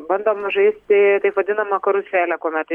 bandoma žaisti taip vadinamą karuselę kuomet